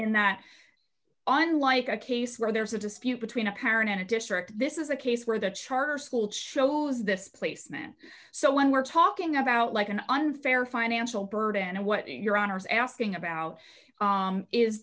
in that on like a case where there's a dispute between a parent and a district this is a case where the charter school shows this placement so when we're talking about like an unfair financial burden what your honor is asking about